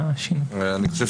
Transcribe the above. אני חושב